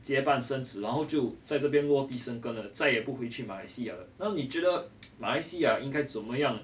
结伴生子然后就在这边落地生根了再也不会去马来西亚了那你觉得马来西亚应该怎么样